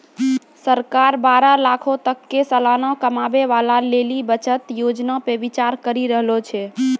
सरकार बारह लाखो तक के सलाना कमाबै बाला लेली बचत योजना पे विचार करि रहलो छै